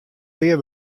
pear